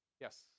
Yes